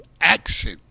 action